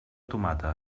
tomata